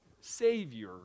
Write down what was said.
Savior